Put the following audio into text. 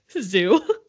Zoo